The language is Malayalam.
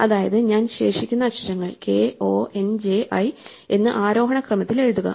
അതായത് ഞാൻ ശേഷിക്കുന്ന അക്ഷരങ്ങൾ k o n j i എന്ന് ആരോഹണ ക്രമത്തിൽ എഴുതുക